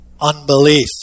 unbelief